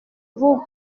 vous